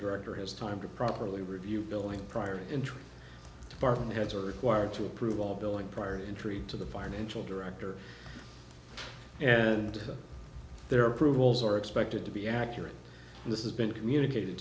director has time to properly review billing prior to entry department heads are required to approve all billing prior intrigue to the financial director and their approvals are expected to be accurate and this has been communicated